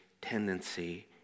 tendency